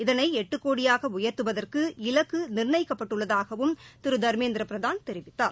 இதனை எட்டு கோடியாக உயர்த்துவதற்கு இலக்கு நிர்ணயிக்கப்பட்டுள்ளதாகவும் திரு தர்மேந்திர பிரதான் தெரிவித்தார்